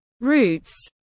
roots